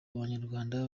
abanyarwanda